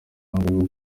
amafaranga